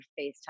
FaceTime